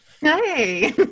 hey